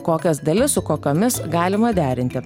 kokias dalis su kokiomis galima derinti